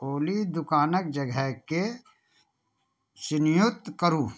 ऑली दोकानक जगह के चिन्हित करू